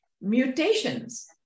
Mutations